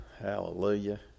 Hallelujah